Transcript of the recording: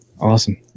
Awesome